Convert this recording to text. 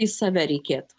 į save reikėtų